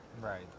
right